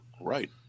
right